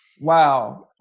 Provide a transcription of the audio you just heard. wow